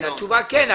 התשובה היא כן.